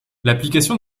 l’application